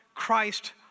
Christ